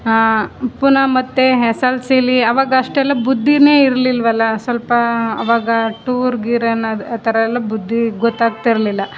ಪುನಃ ಮತ್ತು S L C ಲಿ ಅವಾಗ ಅಷ್ಟೆಲ್ಲ ಬುದ್ದಿಯೇ ಇರಲಿಲ್ವಲ್ಲ ಸ್ವಲ್ಪ ಅವಾಗ ಟೂರ್ ಗೀರ್ ಅನ್ನಾದ್ ಆತರ ಎಲ್ಲ ಬುದ್ದಿ ಗೊತ್ತಾಗ್ತಿರ್ಲಿಲ್ಲ